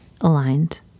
aligned